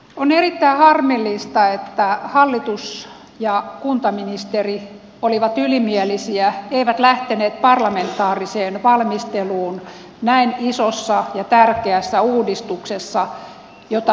on erittäin harmillista että hallitus ja kuntaministeri olivat ylimielisiä eivät lähteneet parlamentaariseen valmisteluun näin isossa ja tärkeässä uudistuksessa jota suomi tarvitsee